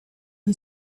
who